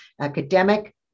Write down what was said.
academic